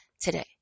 today